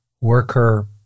worker